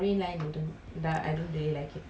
maybe we don't watch video we just listen music